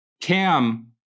cam